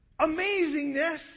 amazingness